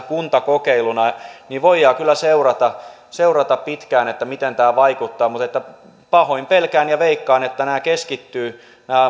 kuntakokeiluna voidaan kyllä seurata seurata pitkään miten tämä vaikuttaa mutta pahoin pelkään ja veikkaan että nämä